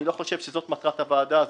אני לא חושב שזאת מטרת הוועדה הזאת.